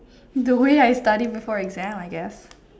the way I study before exam I guess